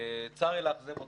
צר לי לאכזב אתכם.